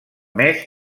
més